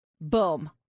Boom